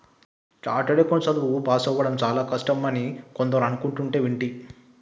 chartered account చదువు పాసవ్వడం చానా కష్టమైన పని అని కొందరు అనుకుంటంటే వింటి